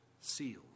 seals